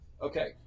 Okay